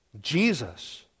Jesus